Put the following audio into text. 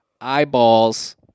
eyeballs